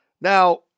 Now